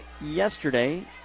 yesterday